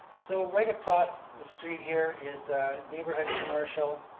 so, right across the street here is neighborhood commercial.